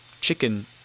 chicken